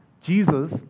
Jesus